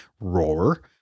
Roar